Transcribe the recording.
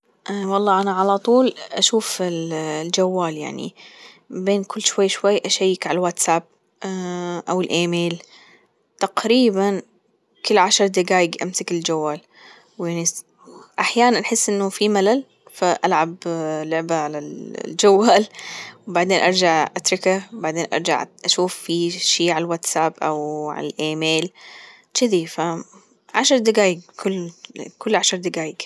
اه والله أنا على طول أشوف الجوال يعني بين كل شوي وشوي أشيك ع الواتساب او الايميل تقريبا كل عشر دجايج أمسك الجوال أحيانا أحس أنه في ملل فألعب لعبة على الجوال بعدين أرجع أتركه بعدين أرجع أشوف في شي ع الواتساب أو ع الايميل تشذي ف عشر دجايجك ل كل عشر دجايج.